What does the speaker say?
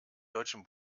deutschen